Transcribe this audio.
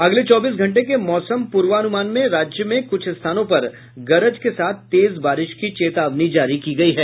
अगले चौबीस घंटे के मौसम पूर्वानुमान में राज्य में कुछ स्थानों पर गरज के साथ तेज बारिश की चेतावनी जारी की गयी है